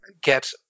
get